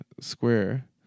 Square